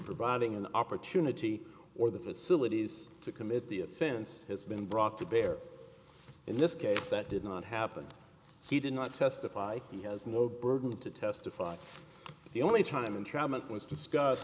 providing an opportunity or the facilities to commit the offense has been brought to bear in this case that did not happen he did not testify he has no burden to testify the only time entrapment was discuss